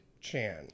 Chan